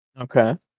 Okay